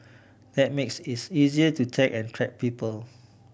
that makes it's easier to tag and track people